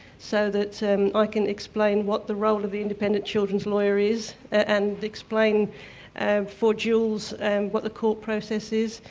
so that so um i can explain what the role of the independent children's lawyer is, and explain ah for jules and what the court process is,